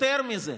יותר מזה,